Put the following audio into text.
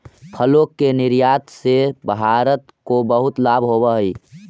फलों के निर्यात से भारत को बहुत लाभ होवअ हई